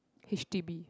h_d_b